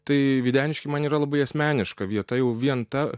tai videniškiai man yra labai asmeniška vieta jau vien ta